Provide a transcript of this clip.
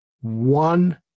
one